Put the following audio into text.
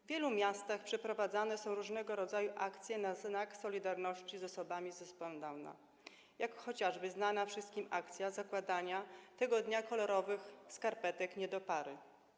W wielu miastach przeprowadzane są różnego rodzaju akcje na znak solidarności z osobami z zespołem Downa, jak chociażby znana wszystkim akcja zakładania tego dnia kolorowych skarpetek nie do pary.